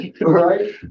right